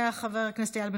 חבר הכנסת יואל חסון,